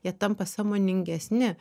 jie tampa sąmoningesni